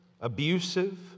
abusive